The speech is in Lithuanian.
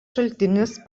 šaltinis